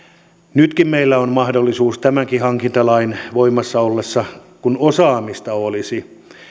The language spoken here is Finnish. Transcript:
nytkin meillä on mahdollisuus tämänkin hankintalain voimassa ollessa kun osaamista olisi